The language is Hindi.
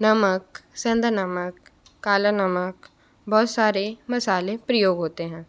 नमक सेंधा नमक काला नमक बहुत सारे मसाले प्रयोग होते हैं